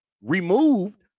removed